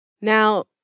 now